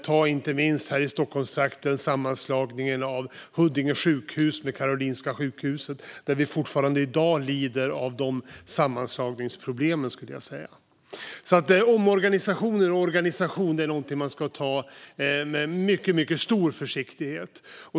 Här i Stockholmstrakten kan vi inte minst se på sammanslagningen av Huddinge sjukhus och Karolinska sjukhuset, där vi fortfarande i dag lider av de sammanslagningsproblemen. Omorganisationer och organisation är alltså någonting man ska ta med mycket stor försiktighet.